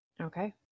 Okay